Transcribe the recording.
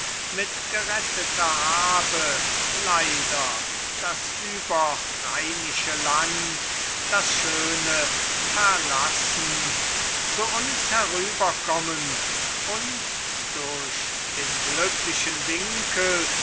mit geretteter habe leider das überrheinische land das schöne verlassend zu uns herüberkommen und durch den glücklichen winkel